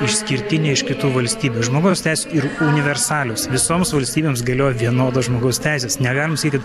išskirtinė iš kitų valstybių žmogaus teisės yra universalios visoms valstybėms galioja vienodos žmogaus teisės negalim sakyt